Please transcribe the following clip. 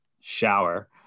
shower